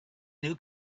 new